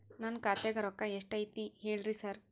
ನನ್ ಖಾತ್ಯಾಗ ರೊಕ್ಕಾ ಎಷ್ಟ್ ಐತಿ ಹೇಳ್ರಿ ಸಾರ್?